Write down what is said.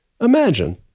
imagine